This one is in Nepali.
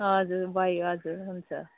हजुर भयो हजुर हुन्छ